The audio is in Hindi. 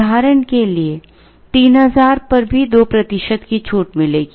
उदाहरण के लिए 3000 पर भी 2 प्रतिशत की छूट मिलेगी